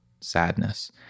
sadness